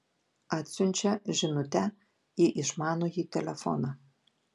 atsiunčia žinutę į išmanųjį telefoną